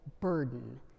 burden